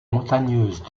montagneuses